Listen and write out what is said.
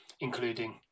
including